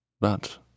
But